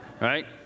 right